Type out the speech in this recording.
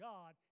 God